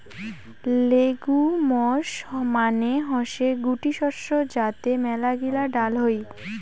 legumes মানে হসে গুটি শস্য যাতে মেলাগিলা ডাল হই